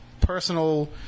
personal